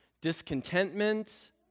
discontentment